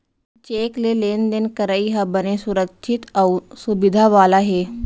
cheque ले लेन देन करई ह बने सुरक्छित अउ सुबिधा वाला हे